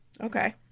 Okay